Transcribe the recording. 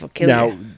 Now